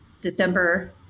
December